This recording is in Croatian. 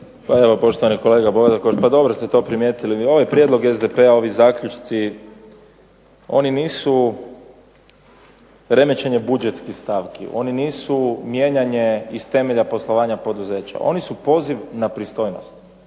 Hvala. Poštovani kolega Bodakoš, dobro ste to primijetili. Ovaj prijedlog SDP-a, ovi zaključci oni nisu remećenje budžetskih stavki, oni nisu mijenjanje iz temelja poslovanja poduzeća. Oni su poziv na pristojnost,